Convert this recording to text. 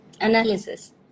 Analysis